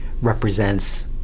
represents